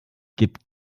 gibt